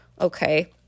Okay